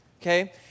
Okay